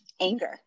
anger